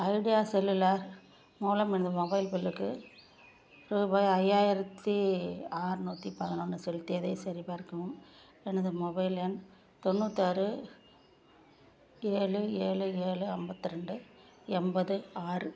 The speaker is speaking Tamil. ஐடியா செல்லுலார் மூலம் எனது மொபைல் பில்லுக்கு ரூபாய் ஐயாயிரத்தி ஆறுநூத்தி பதினொன்று செலுத்தியதைச் சரிபார்க்கவும் எனது மொபைல் எண் தொண்ணூற்றாறு ஏழு ஏழு ஏழு ஐம்பத்தி ரெண்டு எண்பது ஆறு